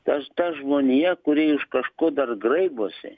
tas ta žmonija kuri iš kažko dar graibosi